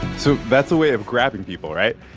so that's a way of grabbing people, right?